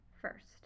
first